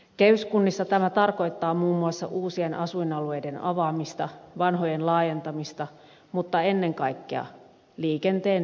kehyskunnissa tämä tarkoittaa muun muassa uusien asuinalueiden avaamista vanhojen laajentamista mutta ennen kaikkea liikenteen lisääntymistä